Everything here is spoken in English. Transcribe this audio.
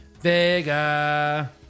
Vega